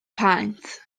paent